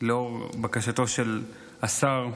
לאור בקשתו של השר.